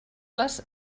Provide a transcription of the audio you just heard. les